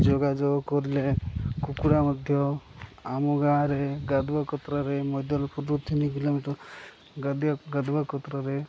ଯୋଗାଯୋଗ କରଲେ କୁକୁଡ଼ା ମଧ୍ୟ ଆମ ଗାଁରେ ଗାଧୁଆ କତ୍ରାରେ ମୈଦଲପୁରରୁ ତିନି କିଲୋମିଟର ଗାଦୁଆ ଗାଦୁଆ କତ୍ରାରେ